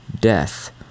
death